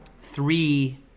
three